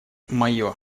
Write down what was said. мое